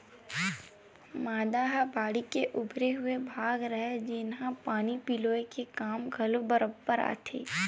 मांदा ह बाड़ी के उभरे हुए भाग हरय, जेनहा पानी पलोय के काम घलो बरोबर आथे